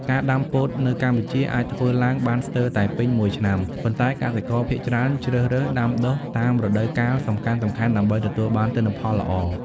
ការដាំពោតនៅកម្ពុជាអាចធ្វើឡើងបានស្ទើរតែពេញមួយឆ្នាំ ប៉ុន្តែកសិករភាគច្រើនជ្រើសរើសដាំដុះតាមរដូវកាលសំខាន់ៗដើម្បីទទួលបានទិន្នផលល្អ។